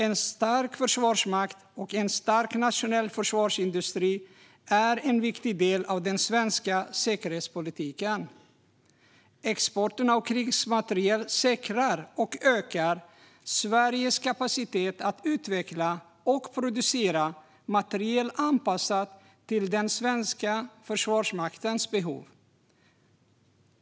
En stark försvarsmakt och en stark nationell försvarsindustri är en viktig del av den svenska säkerhetspolitiken. Exporten av krigsmateriel säkrar och ökar Sveriges kapacitet att utveckla och producera materiel anpassad till den svenska försvarsmaktens behov.